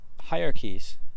hierarchies